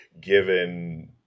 given